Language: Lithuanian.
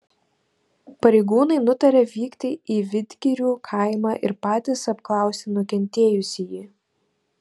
pareigūnai nutarė vykti į vidgirių kaimą ir patys apklausti nukentėjusįjį